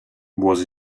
was